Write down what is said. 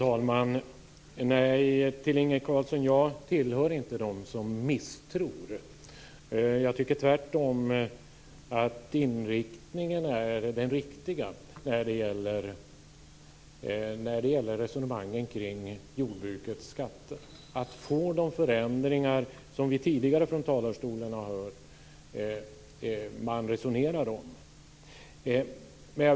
Fru talman! Jag tillhör inte dem som misstror. Jag tycker tvärtom att inriktningen är den riktiga när det gäller resonemangen kring jordbrukets skatter och de förändringar som vi tidigare från talarstolen har hört att man resonerar om.